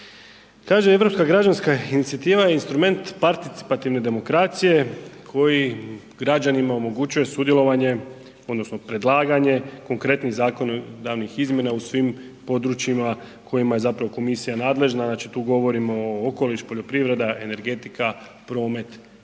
Kaže Europska građanska inicijativa je instrument participativne demokracije koji građanima omogućuje sudjelovanje odnosno predlaganje konkretnih zakonodavnih izmjena u svim područjima u kojima je zapravo komisija nadležna, znači tu govorimo o okoliš, poljoprivreda, energetika, promet